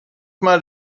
مرد